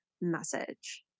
message